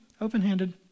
open-handed